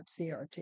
CRT